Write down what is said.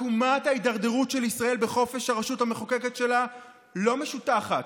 עקומת ההידרדרות של ישראל בחופש הרשות המחוקקת שלה לא משוטחת.